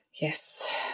yes